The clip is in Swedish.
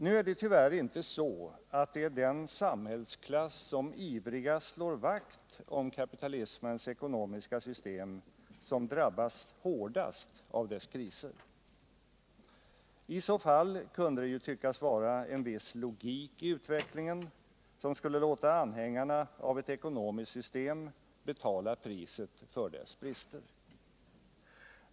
Nu är det tyvärr inte så, att det är den samhällsklass som ivrigast slår vakt om kapitalismens ekonomiska system som drabbas hårdast av dess kriser. I så fall kunde det ju tyckas vara en viss logik i utvecklingen, som skulle låta anhängarna av ett ekonomiskt system betala priset för dess brister.